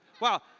Wow